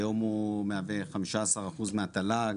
היום הוא מהווה חמישה עשר אחוז מהתל"ג,